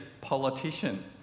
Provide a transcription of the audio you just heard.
politician